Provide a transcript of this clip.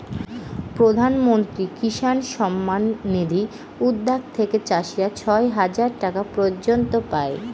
প্রধান মন্ত্রী কিষান সম্মান নিধি উদ্যাগ থেকে চাষীরা ছয় হাজার টাকা পর্য়ন্ত পাই